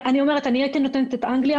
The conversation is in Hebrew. אני רוצה לתת את אנגליה,